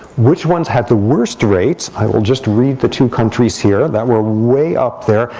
which ones had the worst rates? i will just read the two countries here that were way up there,